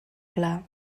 clar